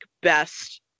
best